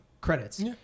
credits